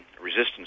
resistance